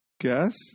guess